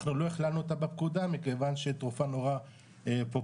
אנחנו לא הכללנו אותה בפקודה מכיוון שתרופה נורא פופולארית,